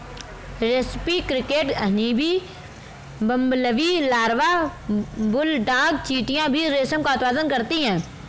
रेस्पी cricket, honeybee, bumblebee larva, bulldog चींटियां भी रेशम का उत्पादन करती हैं